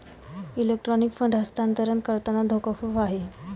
electronic fund हस्तांतरण करताना धोका खूप आहे